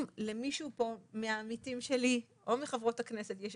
אם למישהו מהעמיתים שלי או מחברות הכנסת יש